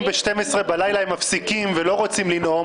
אם ב-24:00 הם מפסיקים ולא רוצים לנאום,